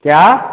क्या